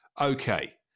Okay